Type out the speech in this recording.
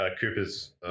Coopers